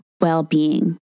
well-being